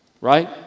Right